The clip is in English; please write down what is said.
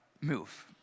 move